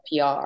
PR